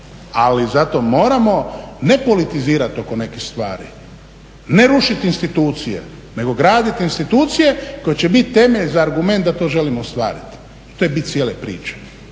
Ali zato moramo ne politizirati oko nekih stvari, ne rušiti institucije nego graditi institucije koje će biti temelj za argument da to želimo ostvariti i to je bit cijele priče.